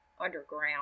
underground